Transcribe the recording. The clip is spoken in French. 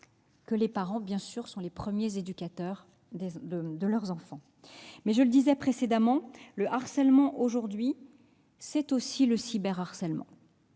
car les parents sont les premiers éducateurs de leurs enfants. Je le disais précédemment : le harcèlement, aujourd'hui, c'est aussi le cyberharcèlement.